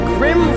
Grim